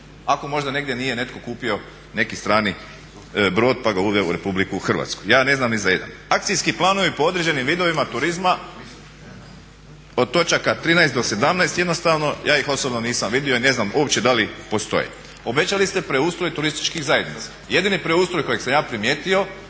Ako možda netko negdje nije kupio neki strani brod pa ga uveo u RH. ja ne znam ni za jedan. Akcijski planovi po određenim vidovima turizma od točaka 13.do 17.jednostavno ja ih osobno nisam vidio i ne znam uopće da li postoje. Obećali ste preustroj turističkih zajednica, jedini preustroj kojeg sam ja primijetio